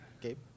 Gabe